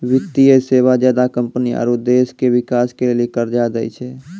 वित्तीय सेवा ज्यादा कम्पनी आरो देश के बिकास के लेली कर्जा दै छै